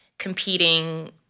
competing